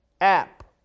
app